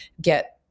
get